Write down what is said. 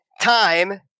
time